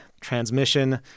transmission